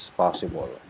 possible